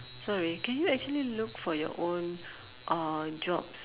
sorry can you actually look for your own uh jobs